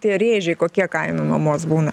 tie rėžiai kokie kainų nuomos būna